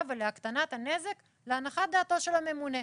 ולהקטנת הנזק להנחת דעתו של הממונה.